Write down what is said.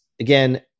again